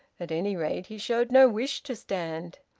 at any rate he showed no wish to stand.